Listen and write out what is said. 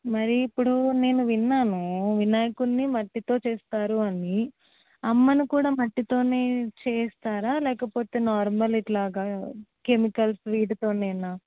మరి ఇప్పుడు నేను విన్నాను వినాయకుడిని మట్టితో చేస్తారు అని అమ్మని కూడా మట్టితోనే చేస్తారా లేకపోతే నార్మల్ ఇట్లాగ కెమికల్స్ వీటితోనేనా